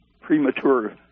premature